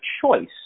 choice